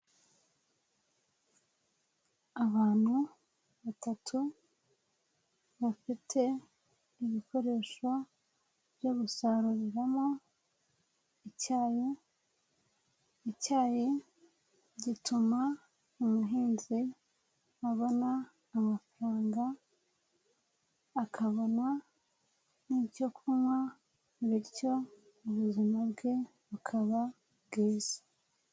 Abantu batatu bafite ibikoresho byo gusaruramo icyayi, icyayi gituma umuhinzi abona amafaranga, akabona n'icyo kunywa bityo mu buzima bwe bukaba bwiza.